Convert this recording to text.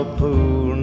pool